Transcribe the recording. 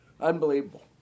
Unbelievable